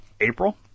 April